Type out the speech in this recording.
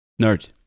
Nerd